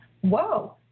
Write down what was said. Whoa